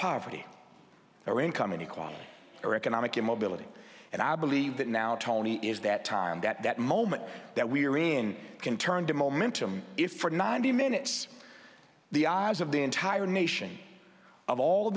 poverty or income inequality or economic immobility and i believe that now tony is that time that that moment that we are seeing can turn to momentum if for ninety minutes the eyes of the entire nation of all